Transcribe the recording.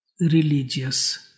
religious